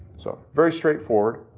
so very straightforward,